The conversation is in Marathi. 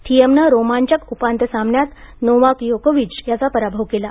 थिएमनं रोमांचक उपांत्य सामन्यात नोवाक योकोविच याचा पराभव केला